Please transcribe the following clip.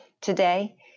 Today